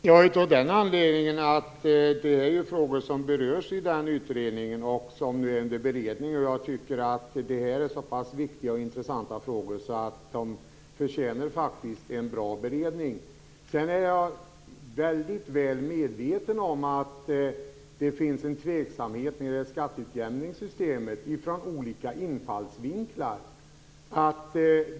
Fru talman! Jag gör det av den anledningen att det är frågor som berörs i utredningen och som nu är under beredning. Jag tycker att de är så pass viktiga och intressanta frågor att de förtjänar en bra beredning. Jag är väl medveten om att det finns en tveksamhet - på grundval av olika infallsvinklar - när det gäller skatteutjämningssystemet.